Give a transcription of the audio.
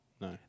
No